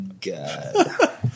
god